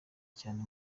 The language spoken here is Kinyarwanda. cyane